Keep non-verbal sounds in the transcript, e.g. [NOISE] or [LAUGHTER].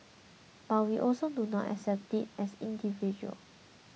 but we also do not accept it as [UNINTELLIGIBLE]